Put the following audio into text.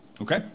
Okay